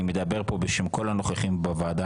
אני מדבר פה בשם כל הנוכחים בוועדה,